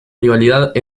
rivalidad